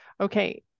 okay